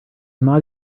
not